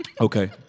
okay